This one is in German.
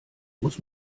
muss